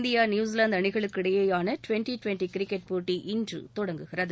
India New Zealand அணிகளுக்கு இடையேயான twenty twenty cricket போட்டி இன்று தொடங்குகிறது